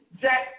Jack